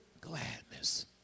gladness